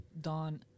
Don